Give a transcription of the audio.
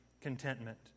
contentment